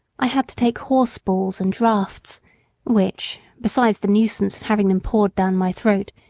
i had to take horse balls and draughts which, beside the nuisance of having them poured down my throat,